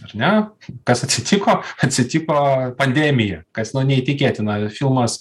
ar ne kas atsitiko atsitiko pandemija kas nu neįtikėtina filmas